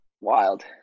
wild